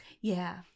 Yeah